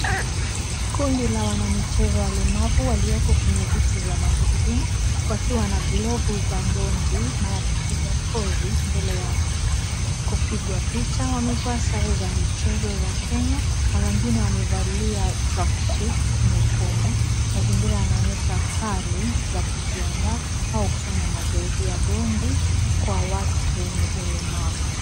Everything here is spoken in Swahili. Kundi la wanamichezo walemavu walioko kwenye viti vya magurudumu, wakiwa na glovu za ndondi na wakipiga kozi mbele ya kupigwa picha. Wamevaa sare za michezo za Kenya, na wengine wamevalia tracksuit nyekundu. Mazingira yanaonyesha hali za kujiandaa au kufanya mazoezi ya dondi, kwa watu wenye ulemavu.